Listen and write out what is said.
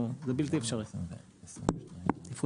זה בלתי-אפשרי תפעולית.